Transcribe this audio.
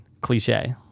Cliche